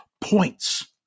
points